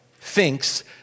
thinks